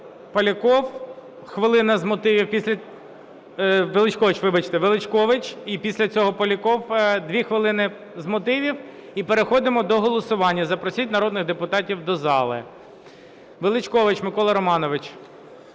Поляков – хвилина з мотивів, після... Величкович. І після цього Поляков – 2 хвилини з мотивів. І переходимо до голосування. Запросіть народних депутатів до зали. Величкович Микола Романович.